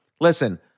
listen